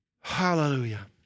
Hallelujah